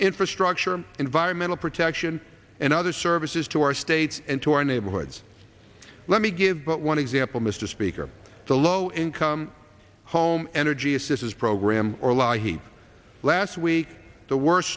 infrastructure environmental protection and other services to our states and to our neighborhoods let me give but one example mr speaker the low income home energy assistance program or law he last week the worst